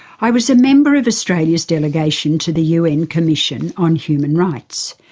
i was a member of australia's delegation to the un commission on human rights.